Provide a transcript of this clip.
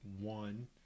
one